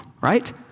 right